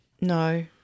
No